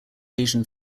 asian